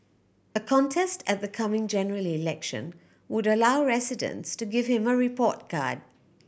a contest at the coming General Election would allow residents to give him a report card